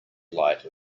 light